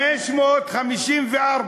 554,